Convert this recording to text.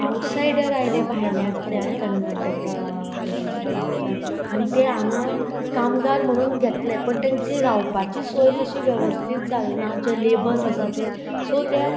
outsider आयले भायल्यांतल्यान कर्नाटका ओडिसा हांगच्यान आनी ते हांगा कामगार म्हणून घेतले पण तेंची रावपाची सोय तशी वेवस्थीत जालना जे लेबस आसा ते सो ते